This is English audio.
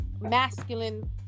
masculine